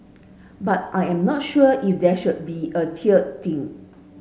but I am not sure if there should be a tiered thing